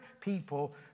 people